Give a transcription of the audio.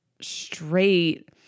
straight